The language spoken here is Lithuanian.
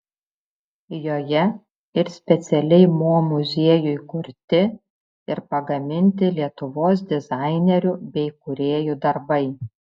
joje ir specialiai mo muziejui kurti ir pagaminti lietuvos dizainerių bei kūrėjų darbai